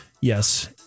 Yes